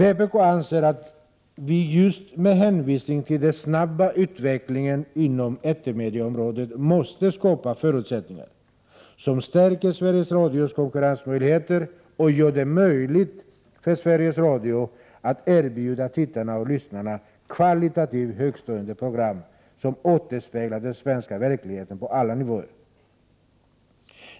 Vpk anser att vi just med hänvisning till den snabba utvecklingen inom etermedieområdet måste skapa förutsättningar som stärker Sveriges Radios konkurrensmöjligheter och gör det möjligt för Sveriges Radio att erbjuda tittarna och lyssnarna kvalitativt högtstående program, som återspeglar den svenska verkligheten på alla nivåer.